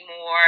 more